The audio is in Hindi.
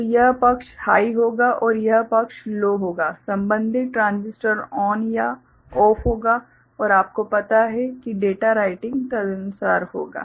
तो यह पक्ष हाइ होगा और यह पक्ष लो होगा संबन्धित ट्रांजिस्टर ऑन या ऑफ होगा और आपको पता है कि डेटा राइटिंग तदनुसार होगी